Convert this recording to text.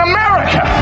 America